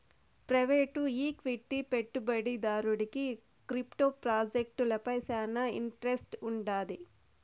private equity పెట్టుబడిదారుడికి crypto ప్రాజెక్టులపై శానా ఇంట్రెస్ట్ వుండాది